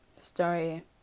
story